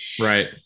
Right